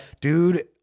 Dude